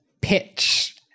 pitch